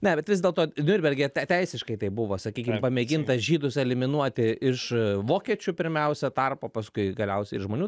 ne bet vis dėlto niurnberge teisiškai tai buvo sakykim pamėginta žydus eliminuoti iš vokiečių pirmiausia tarpo paskui galiausiai ir žmonių